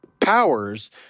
powers